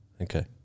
Okay